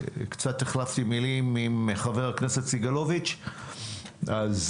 קצת החלפתי מילים עם חבר הכנסת סגלוביץ', אז